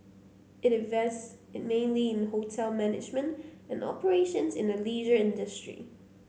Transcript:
it invests mainly in hotel management and operations in the leisure industry